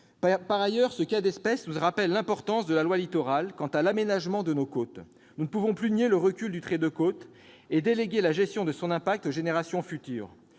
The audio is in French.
Par ailleurs, ce cas d'espèce nous rappelle l'importance de la loi Littoral quant à l'aménagement de nos côtes. Nous ne pouvons plus nier le recul du trait de côte et déléguer la gestion de son impact aux générations futures.